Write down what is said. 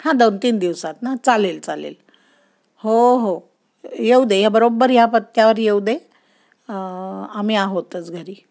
हां दोन तीन दिवसात ना चालेल चालेल हो हो येऊ दे बरोब्बर या पत्त्यावर येऊ दे आम्ही आहोतच घरी